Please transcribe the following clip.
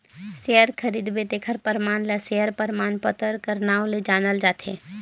share खरीदबे तेखर परमान ल सेयर परमान पतर कर नांव ले जानल जाथे